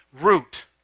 root